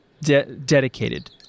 dedicated